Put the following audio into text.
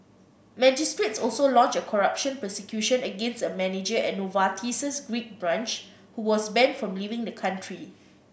magistrates also launched a corruption prosecution against a manager at Novartis's Greek branch who was banned from leaving the country